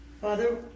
Father